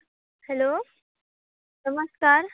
hello नमस्कार